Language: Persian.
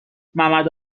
ممد